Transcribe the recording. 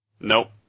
Nope